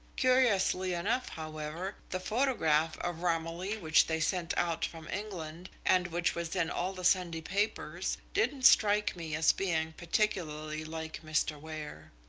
curiously enough, however, the photograph of romilly which they sent out from england, and which was in all the sunday papers, didn't strike me as being particularly like mr. ware.